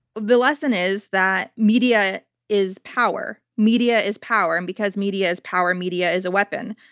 the lesson is that media is power. media is power. and because media is power, media is a weapon.